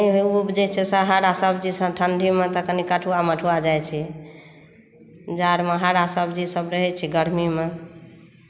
ठण्डीमे तऽ नहि उपजै छै हरा सब्जी सभ ठण्डीमे तऽ कनि कठुआ मठुआ जाइ छै जाढ़मे हरा सब्जी सभ रहै छै गर्मीमे